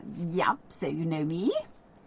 yup, so you know me.